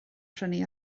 prynu